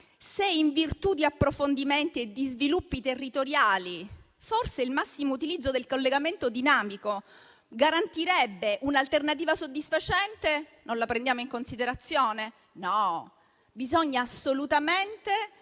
se in virtù di approfondimenti e di sviluppi territoriali vediamo che forse il massimo utilizzo del collegamento dinamico garantirebbe un'alternativa soddisfacente, non la prendiamo in considerazione? No, bisogna assolutamente